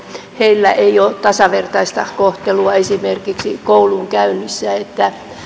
heillä ei ole tasavertaista kohtelua esimerkiksi koulunkäynnissä